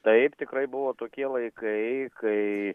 taip tikrai buvo tokie laikai kai